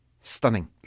Stunning